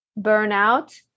burnout